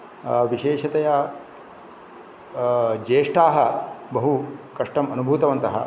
विशेषतया ज्येष्ठाः बहु कष्टम् अनुभूतवन्तः